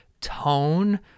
tone